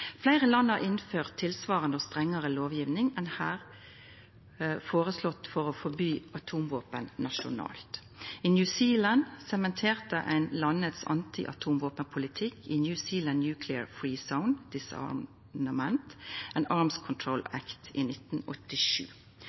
Fleire land har innført tilsvarande og strengare lovgjeving enn det som er føreslått her, for å forby atomvåpen nasjonalt. I New Zealand sementerte ein landets antiatomvåpenpolitikk i New Zealand Nuclear Free Zone, Disarmament, and Arms Control Act i 1987.